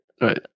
right